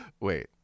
Wait